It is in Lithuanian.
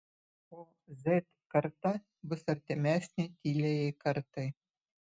o z karta bus artimesnė tyliajai kartai